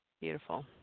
Beautiful